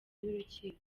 y’urukiko